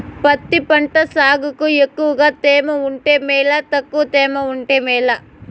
పత్తి పంట సాగుకు ఎక్కువగా తేమ ఉంటే మేలా తక్కువ తేమ ఉంటే మేలా?